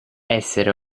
essere